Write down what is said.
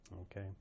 Okay